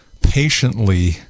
patiently